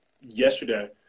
yesterday